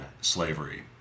slavery